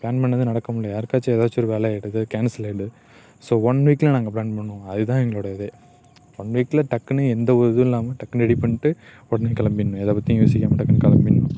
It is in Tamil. ப்ளான் பண்ணிணது நடக்க முடியல யாருக்காச்சும் ஏதாச்சும் ஒரு வேலையாயிடுது கேன்சல் ஆயிடுது ஸோ ஒன் வீக்கில் நாங்கள் ப்ளான் பண்ணுவோம் அதுதான் எங்களோடய இதே ஒன் வீக்கில் டக்குனு எந்த ஒரு இதும் இல்லாமல் டக்குனு ரெடி பண்ணிட்டு உடனே கிளம்பிடணும் எதை பற்றியும் யோசிக்காமல் டக்குனு கிளம்பிட்ணும்